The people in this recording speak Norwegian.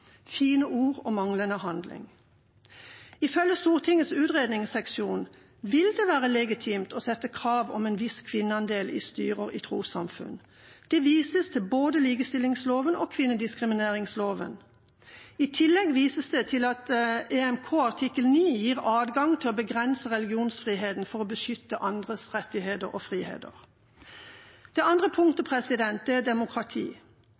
fine ord og manglende handling. Ifølge Stortingets utredningsseksjon vil det være legitimt å stille krav om en viss kvinneandel i styrer i trossamfunn. Det vises til både likestillingsloven og kvinnediskrimineringskonvensjonen. I tillegg vises det til at EMK artikkel 9 gir adgang til å begrense religionsfriheten for å beskytte andres rettigheter og friheter. Det andre punktet gjelder demokrati.